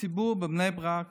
בציבור בבני ברק,